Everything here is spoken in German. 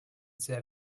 sehr